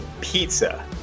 pizza